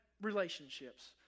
relationships